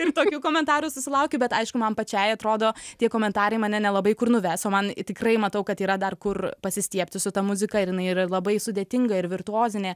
ir tokių komentarų susilaukiu bet aišku man pačiai atrodo tie komentarai mane nelabai kur nuves o man tikrai matau kad yra dar kur pasistiebti su ta muzika ir jinai yra labai sudėtinga ir virtuozinė